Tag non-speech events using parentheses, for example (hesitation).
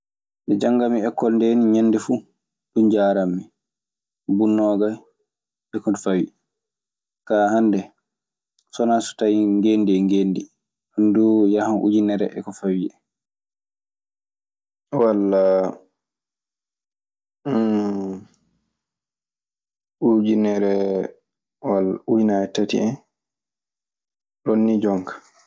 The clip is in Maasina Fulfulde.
Nde jamgami ekkol nde ni ƴande fu dum jarranomi, buudi nogayi e ko no fawi. Ga hamde sona so tawi gendi e gendi ɗun dum ujunere et ko fawi. Walla (hesitation) ujunere, walla ujunnaaje tati en. Ɗum ni jooni ka.